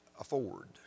afford